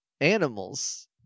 animals